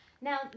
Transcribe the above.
Now